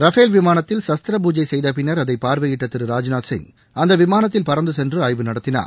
Rafale விமானத்தில் சாஸ்தர பூஜை செய்தபின்னா் அதை பார்வையிட்ட திரு ராஜ்நாத் சிங் அந்த விமானத்தில் பறந்துசென்று ஆய்வு நடத்தினார்